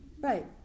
Right